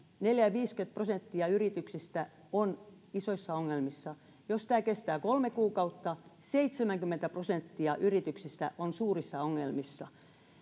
neljäkymmentä viiva viisikymmentä prosenttia yrityksistä on isoissa ongelmissa jos tämä kestää kolme kuukautta seitsemänkymmentä prosenttia yrityksistä on suurissa ongelmissa